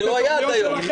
זה לא היה עד היום.